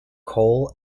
coal